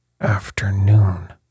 afternoon